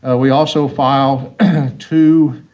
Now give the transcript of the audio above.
ah we also filed two